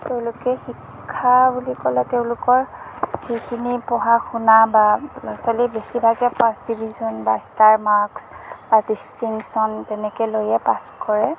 তেওঁলোকে শিক্ষা বুলি ক'লে তেওঁলোকৰ যিখিনি পঢ়া শুনা বা ল'ৰা ছোৱালী বেছি ভাগেই ফাৰ্ষ্ট ডিভিজন বা ষ্টাৰ মাৰ্কচ বা ডিষ্টিংচন তেনেকৈ লৈয়ে পাচ কৰে